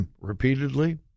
repeatedly